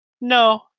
No